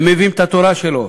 הם מביאים את התורה שלו,